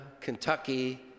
Kentucky